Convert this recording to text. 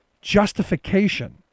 justification